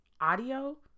audio